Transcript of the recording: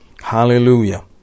Hallelujah